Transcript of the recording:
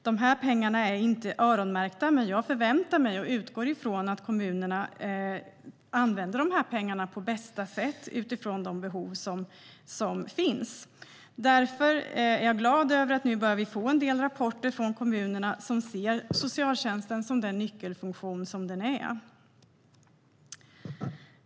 De här pengarna är inte öronmärkta, men jag förväntar mig och utgår från att kommunerna använder dem på bästa sätt utifrån de behov som finns. Därför är jag glad över att vi nu börjar få en del rapporter från kommunerna som ser socialtjänsten som den nyckelfunktion som den är.